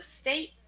state